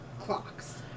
clocks